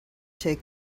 take